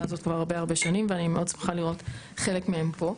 הזאת כבר הרבה שנים ואני מאוד שמחה לראות חלק מהם פה.